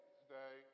today